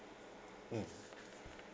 mm